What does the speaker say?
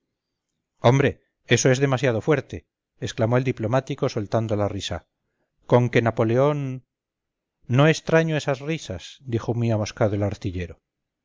hombre eso es demasiado fuerte exclamó el diplomático soltando la risa conque napoleón no extraño esas risas dijo muy amoscado el artillero